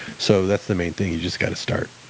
so that's the main thing you've just got to start.